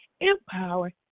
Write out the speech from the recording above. empower